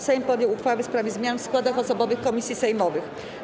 Sejm podjął uchwałę w sprawie zmian w składach osobowych komisji sejmowych.